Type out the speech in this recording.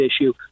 issue